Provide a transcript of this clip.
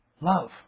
Love